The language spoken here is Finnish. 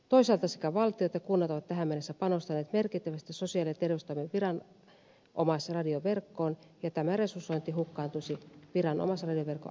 toisaalta sekä valtio että kunnat ovat tähän mennessä panostaneet merkittävästi sosiaali ja terveystoimen viranomaisradioverkkoon ja tämä resursointi hukkaantuisi viranomaisradioverkon alasajon myötä